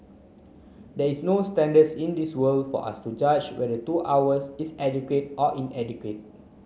there is no standards in this world for us to judge whether two hours is adequate or inadequate